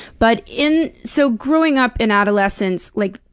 but in so growing up, in adolescence, like.